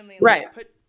Right